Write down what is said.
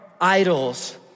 idols